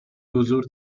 حضور